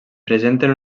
presenten